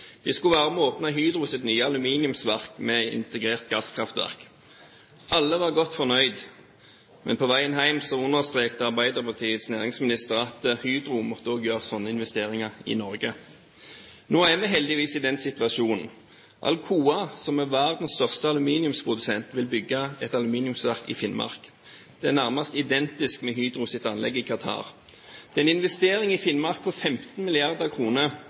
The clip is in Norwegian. De skulle være med på å åpne Hydros nye aluminiumsverk med integrert gasskraftverk. Alle var godt fornøyd, men på veien hjem understreket Arbeiderpartiets næringsminister at Hydro også måtte gjøre sånne innvesteringer i Norge. Nå er vi heldigvis i den situasjonen. Alcoa, som er verdens største aluminiumsprodusent, vil bygge et aluminiumsverk i Finnmark. Det er nærmest identisk med Hydros anlegg i Qatar. Det er en investering i Finnmark på 15